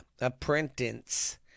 apprentice